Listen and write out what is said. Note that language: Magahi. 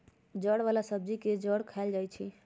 जड़ वाला सब्जी के जड़ खाएल जाई छई